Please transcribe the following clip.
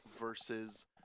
versus